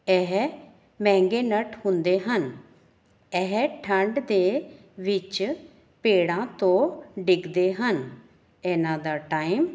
ਇਹ ਮਹਿੰਗੇ ਨਟ ਹੁੰਦੇ ਹਨ ਇਹ ਠੰਡ ਦੇ ਵਿੱਚ ਪੇੜਾਂ ਤੋਂ ਡਿੱਗਦੇ ਹਨ ਇਹਨਾਂ ਦਾ ਟਾਈਮ